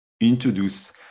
introduce